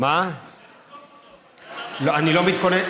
אני לא מתכונן.